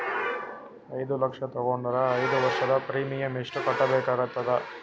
ಐದು ಲಕ್ಷ ತಗೊಂಡರ ಐದು ವರ್ಷದ ಪ್ರೀಮಿಯಂ ಎಷ್ಟು ಕಟ್ಟಬೇಕಾಗತದ?